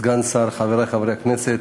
סגן שר, חברי חברי הכנסת,